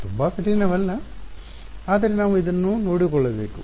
ತುಂಬಾ ಕಠಿಣವಲ್ಲ ಆದರೆ ನಾವು ಅದನ್ನು ನೋಡಿಕೊಳ್ಳಬೇಕು